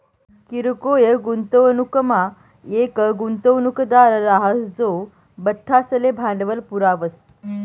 किरकोय गुंतवणूकमा येक गुंतवणूकदार राहस जो बठ्ठासले भांडवल पुरावस